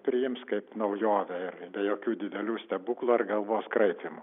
priims kaip naujovę ir be jokių didelių stebuklų ar galvos kraipymo